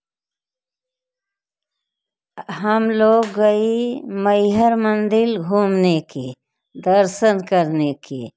हम लोग गए मईहर मंदिर घूमने की दर्शन करने की